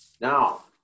Now